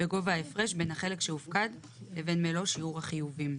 בגובה ההפרש בין החלק שהופקד לבין מלוא שיעור החיובים,